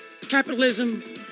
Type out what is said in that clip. capitalism